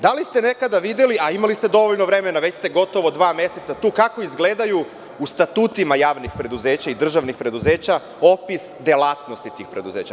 Da li ste nekada videli, a imali ste dovoljno vremena, već ste gotovo dva meseca tu, kako izgledaju u statutima javnih preduzeća i državnih preduzeća opis delatnosti tih preduzeća?